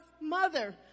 mother